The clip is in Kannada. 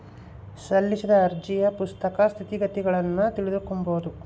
ಸಲ್ಲಿಸಿದ ಅರ್ಜಿಯ ಪ್ರಸಕ್ತ ಸ್ಥಿತಗತಿಗುಳ್ನ ತಿಳಿದುಕೊಂಬದು